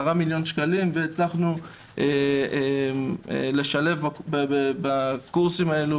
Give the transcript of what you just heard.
מיליון שקלים והצלחנו לשלב בקורסים האלה